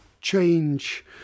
change